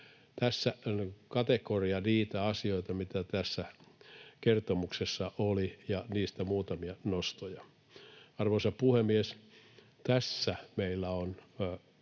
Tässä on kategoria niitä asioita, mitä tässä kertomuksessa oli, ja niistä muutamia nostoja. Arvoisa puhemies! Tässä meillä on